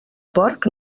porc